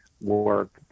work